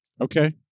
Okay